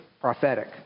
prophetic